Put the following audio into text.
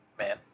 man